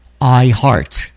iHeart